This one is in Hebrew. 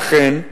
אכן,